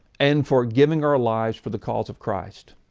and for giving our lives for the cause of christ.